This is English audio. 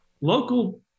local